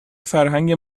فرهنگ